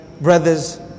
brothers